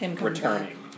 returning